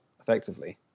effectively